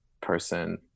person